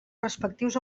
respectius